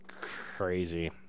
crazy